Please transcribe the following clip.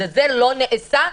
זה לא נעשה,